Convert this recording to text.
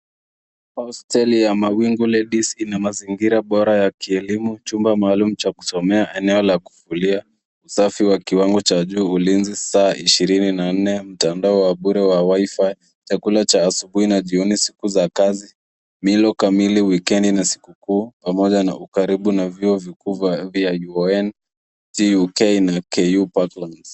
Hostel ya Mawingu Ladies ina mazingira bora ya kielimu, chumba maalum cha kusomea, eneo la kufulia, usafi wa kiwango cha juu, ulinzi saa ishirini na nne, mtandao wa bure wa WiFi, chakula cha asubuhi na jioni siku za kazi, milo kamili wikendi na siku kuu, pamoja na ukaribu na vyuo vikuu vya UoN, GUK na KU Parklands.